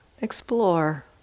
explore